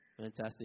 fantastic